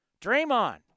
Draymond